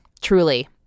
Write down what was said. Truly